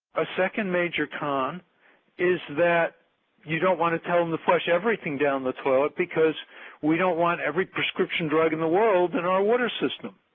a second major con is that you don't want to tell them to flush everything down the toilet because we don't want every prescription drug in the world in our water system.